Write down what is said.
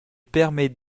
permet